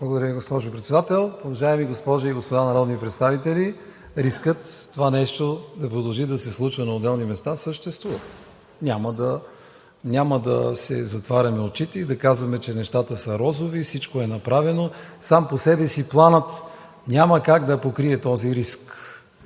Благодаря Ви, госпожо Председател. Уважаеми госпожи и господа народни представители, рискът това нещо да продължи да се случва на отделни места съществува. Няма да си затваряме очите и да казваме, че нещата са розови и всичко е направено. Сам по себе си планът няма как да покрие този риск.